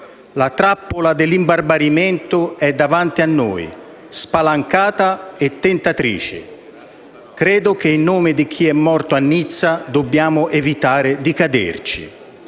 La trappola dell'imbarbarimento è davanti a noi, spalancata e tentatrice. Credo che in nome di chi è morto a Nizza dobbiamo evitare di caderci.